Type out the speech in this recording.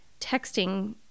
texting